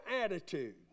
attitude